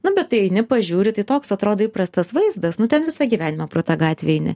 nu bet tai eini pažiūri tai toks atrodo įprastas vaizdas nu ten visą gyvenimą pro tą gatvę eini